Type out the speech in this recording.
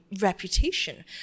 reputation